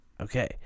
Okay